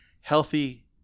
healthy